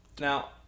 Now